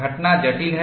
घटना जटिल है